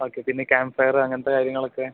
okay പിന്നെ campfire അങ്ങനതെ കാര്യങ്ങളൊക്കെ